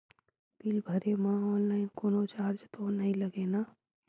Bill भरे मा online कोनो चार्ज तो नई लागे ना?